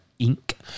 inc